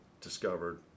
discovered